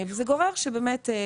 זה גורר שאם